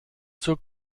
zur